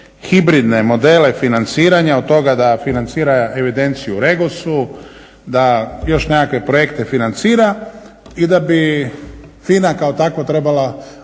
hibridne modele financiranja od toga da financira evidenciju u REGOS-u, da još nekakve projekte financira i da bi FINA kao takva trebala